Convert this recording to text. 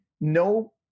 no